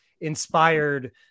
inspired